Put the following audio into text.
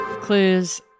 Clues